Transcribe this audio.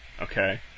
Okay